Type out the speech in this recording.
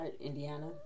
Indiana